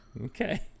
Okay